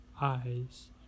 eyes